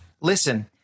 listen